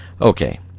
Okay